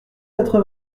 quatre